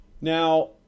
Now